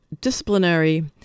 disciplinary